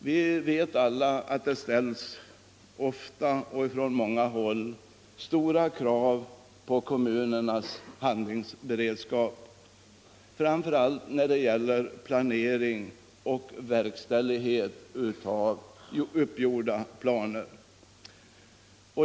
Alla vet att det — ofta och från många håll — ställs stora krav på kommunernas handlingsberedskap, framför allt när det gäller planering och verkställighet av uppgjorda planer.